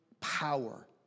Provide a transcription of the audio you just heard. power